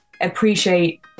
Appreciate